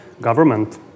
Government